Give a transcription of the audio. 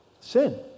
Sin